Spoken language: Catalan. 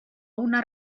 una